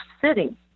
sitting